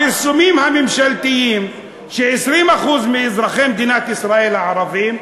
הפרסומים הממשלתיים ש-20% מאזרחי מדינת ישראל הערבים,